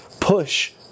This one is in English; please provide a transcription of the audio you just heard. push